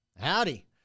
Howdy